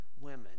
women